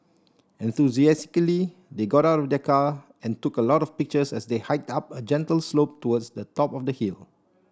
enthusiastically they got out of the car and took a lot of pictures as they hiked up a gentle slope towards the top of the hill